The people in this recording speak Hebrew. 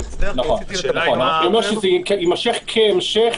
--- שזה יימשך כהמשך